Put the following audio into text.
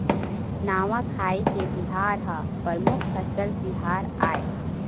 नवाखाई के तिहार ह परमुख फसल तिहार आय